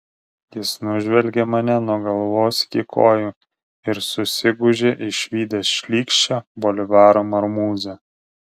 jis nužvelgė mane nuo galvos iki kojų ir susigūžė išvydęs šlykščią bolivaro marmūzę